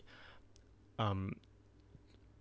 um